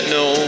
no